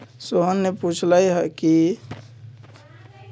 सोहन ने पूछल कई कि सूक्ष्म वित्त का होबा हई?